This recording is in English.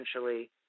essentially